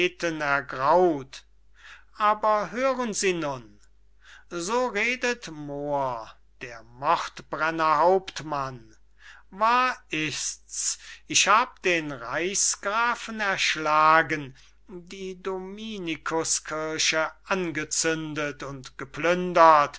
ergraut aber hören sie nun so redet moor der mordbrenner hauptmann wahr ist's ich habe den reichsgrafen erschlagen die dominikus kirche angezündet und geplündert